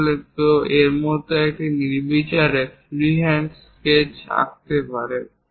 তাহলে কেউ এর মতো একটি নির্বিচারে ফ্রিহ্যান্ড স্কেচ আঁকতে পারে